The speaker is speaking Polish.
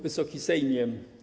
Wysoki Sejmie!